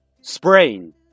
sprain